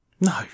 No